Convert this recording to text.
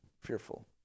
fearful